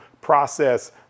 process